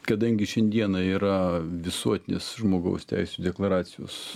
kadangi šiandieną yra visuotinės žmogaus teisių deklaracijos